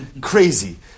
Crazy